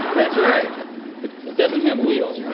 that's right. it doesn't have wheels. yeah,